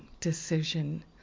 decision